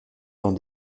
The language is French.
dans